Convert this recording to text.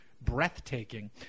breathtaking